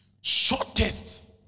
Shortest